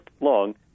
long